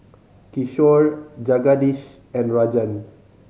Kishore Jagadish and Rajan